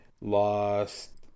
lost